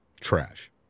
trash